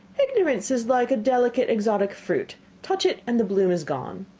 ignorance is like a delicate exotic fruit touch it and the bloom is gone.